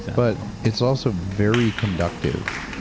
but it's also very conductive,